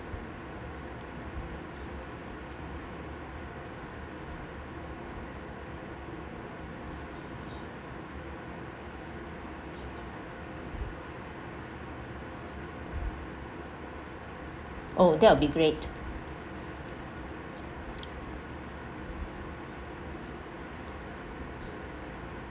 oh that will be great